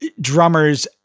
drummers